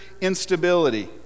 instability